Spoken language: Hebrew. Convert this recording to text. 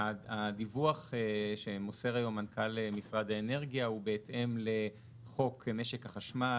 הדיווח שמוסר היום מנכ"ל משרד האנרגיה הוא בהתאם לחוק משק החשמל.